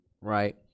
right